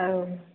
औ